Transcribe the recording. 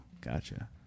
Gotcha